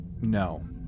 No